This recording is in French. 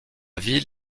ville